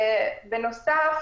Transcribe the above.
בנוסף,